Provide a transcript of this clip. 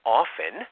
often